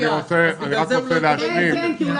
בגלל זה הוא לא יקבל פיצוי?